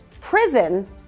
Prison